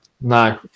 No